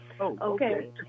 Okay